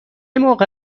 موقع